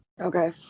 Okay